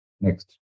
Next